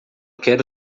quero